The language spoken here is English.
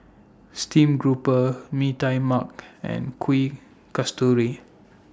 Steam Grouper Mee Tai Mak and Kuih Kasturi